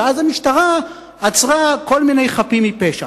ואז המשטרה עצרה כל מיני חפים מפשע.